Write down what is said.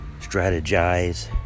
strategize